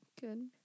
Good